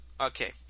Okay